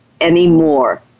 anymore